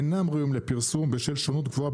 אינם ראויים לפרסום בשל שונות גבוהה